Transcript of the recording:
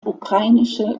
ukrainische